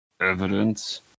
evidence